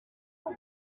uko